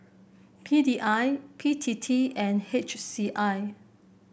P D I B T T and H C I